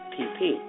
PP